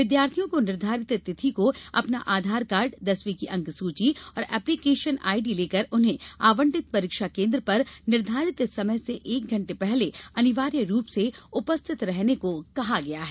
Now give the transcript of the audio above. विद्यार्थियों को निर्धारित तिथि को अपना आधार कार्ड दसवीं की अंक सूची और एप्लीकेशन आईडी लेकर उन्हें आवंटित परीक्षा केन्द्र पर निर्धारित समय से एक घंटे पहले अनिवार्य रूप से उपस्थित रहने को कहा गया है